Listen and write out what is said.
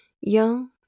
young